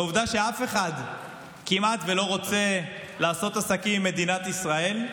לעובדה שאף אחד כמעט ולא רוצה לעשות עסקים עם מדינת ישראל,